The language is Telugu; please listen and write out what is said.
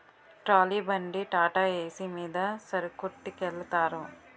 ట్రాలీ బండి టాటాఏసి మీద సరుకొట్టికెలతారు